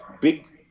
Big